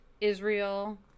Israel